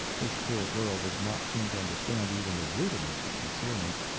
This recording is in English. this poor girl does not seem to understand even the rudiments of concealment.